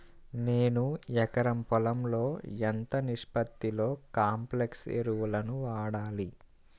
నేను ఎకరం పొలంలో ఎంత నిష్పత్తిలో కాంప్లెక్స్ ఎరువులను వాడాలి?